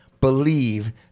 believe